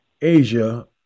Asia